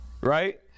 right